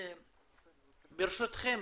ברשותכם,